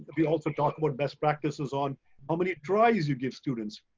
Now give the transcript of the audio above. but we also talk about best practices on how many tries you give students.